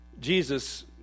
Jesus